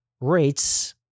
rates